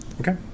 Okay